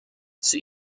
sie